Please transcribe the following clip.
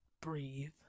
Breathe